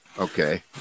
okay